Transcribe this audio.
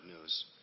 news